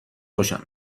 خوشم